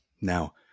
Now